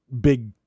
big